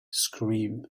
scream